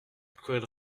cruelle